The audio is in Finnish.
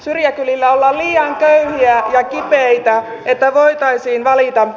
syrjäkylillä ollaan liian köyhiä ja kipeitä että voitaisiin valita